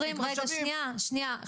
אין מספיק משאבים, שורה תחתונה.